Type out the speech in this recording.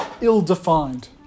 ill-defined